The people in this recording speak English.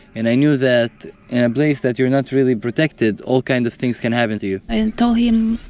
and i knew that in a place that you're not really protected, all kinds of things can happen to you i told him,